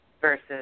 versus